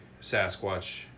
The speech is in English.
Sasquatch